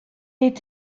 est